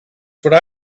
what